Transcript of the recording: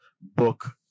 book